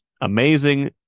amazing